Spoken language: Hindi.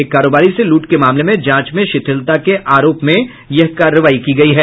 एक कारोबारी से लूट के मामले में जांच में शिथिलता के आरोप में यह कार्रवाई की गयी है